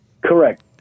correct